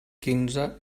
quinze